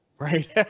Right